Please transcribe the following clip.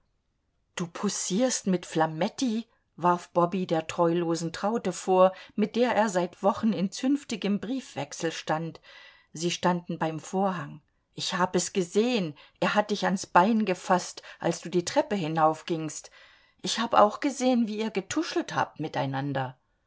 du poussierst mit flametti warf bobby der treulosen traute vor mit der er seit wochen in zünftigem briefwechsel stand sie standen beim vorhang ich hab es gesehen er hat dich ans bein gefaßt als du die treppe hinaufgingst ich hab auch gesehen wie ihr getuschelt habt